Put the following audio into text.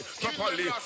properly